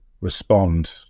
respond